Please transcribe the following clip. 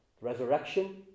Resurrection